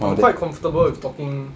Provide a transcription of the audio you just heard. I'm quite comfortable with talking